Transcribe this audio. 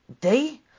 day